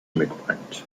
immigrant